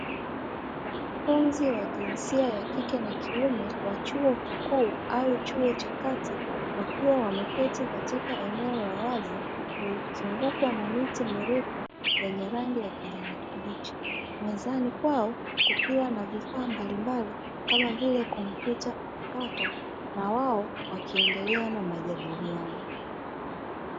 Wanafunzi wa jinsia ya kike na kiume wa chuo kikuu au chuo cha kati, wakiwa wameketi katika eneo la wazi lililozungukwa na miti mirefu yenye rangi ya kijani kibichi, mezani kwao kukiwa na vifaa mbalimbali kama vile kompyuta mpakato na wao wakiendelea na majadiliano.